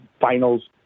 finals